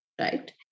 right